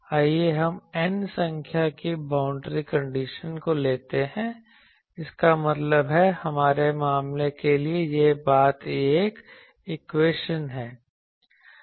आइए हम N संख्या की बाउंड्री कंडीशन को लेते हैं इसका मतलब है हमारे मामले के लिए यह बात यह एक इक्वेशन है